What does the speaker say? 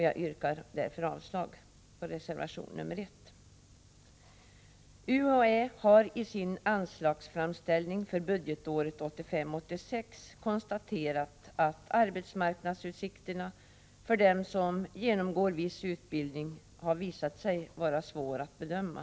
Jag yrkar därför avslag på reservation nr 1. UHÄ har i sin anslagsframställning för budgetåret 1985/86 konstaterat att arbetsmarknadsutsikterna för dem som genomgår viss utbildning har visat sig vara svåra att bedöma.